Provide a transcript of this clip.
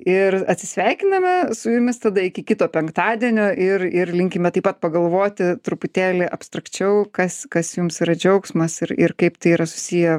ir atsisveikiname su jumis tada iki kito penktadienio ir ir linkime taip pat pagalvoti truputėlį abstrakčiau kas kas jums yra džiaugsmas ir ir kaip tai yra susiję